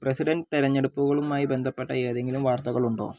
president തിരഞ്ഞെടുപ്പുകളുമായി ബന്ധപ്പെട്ട എന്തെങ്കിലും വാർത്തകളുണ്ടോ